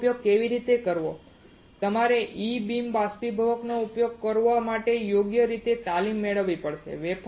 તેનો ઉપયોગ કેવી રીતે કરવો તમારે E બીમ બાષ્પીભવકનો ઉપયોગ કરવા માટે યોગ્ય રીતે તાલીમ મેળવવી પડશે